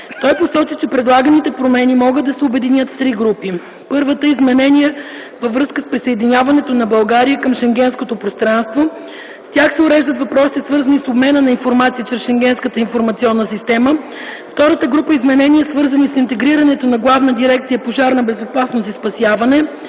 Той посочи, че предлаганите промени могат да се обединят в три групи: 1. Изменения във връзка с присъединяването на България към Шенгенското пространство - с тях се уреждат въпросите, свързани с обмена на информация чрез Шенгенската информационна система (ШИС); 2. Изменения, свързани с интегрирането на Главна дирекция „Пожарна безопасност и спасяване”